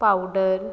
powder